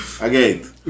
Again